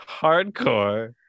Hardcore